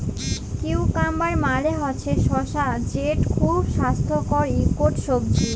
cucumber মালে হছে শসা যেট খুব স্বাস্থ্যকর ইকট সবজি